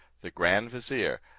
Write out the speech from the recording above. the grand vizier,